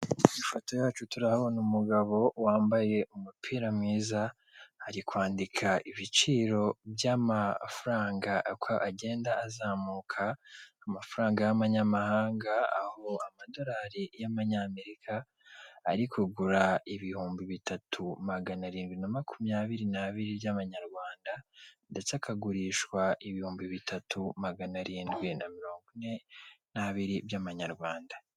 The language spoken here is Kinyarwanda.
Kw'ifoto yacu turahabona umugabo wambaye umupira mwiza ari kwandika ibiciro by'amafaranga uko agenda azamuka, amafaranga y'amanyamahanga aho amadolari y'amanyamerika ari kugura ibihumbi bitatu magana arindwi na makumyabiri n'abiri by'amanyarwanda ndetse akagurishwa ibihumbi bitatu magana arindwi na mirongo ine n'abiri by'amanyarwanda.